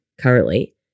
currently